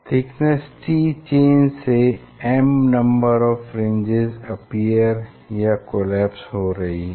thickness t change से m number of fringes appear या collapse हो रही हैं